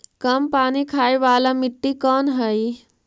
कम पानी खाय वाला मिट्टी कौन हइ?